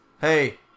Hey